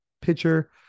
pitcher